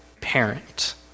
parent